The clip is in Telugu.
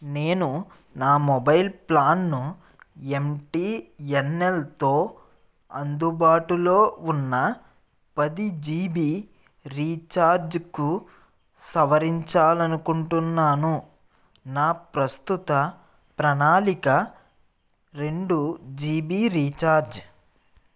నేను నా మొబైల్ ప్లాన్ను ఎమ్ టీ ఎన్ ఎల్తో అందుబాటులో ఉన్న పది జీ బీ రీఛార్జ్కు సవరించాలి అనుకుంటున్నాను నా ప్రస్తుత ప్రణాళిక రెండు జీ బీ రీఛార్జ్